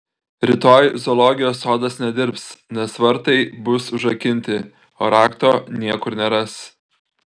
rytoj zoologijos sodas nedirbs nes vartai bus užrakinti o rakto niekur neras